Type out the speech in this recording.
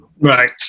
Right